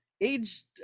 Aged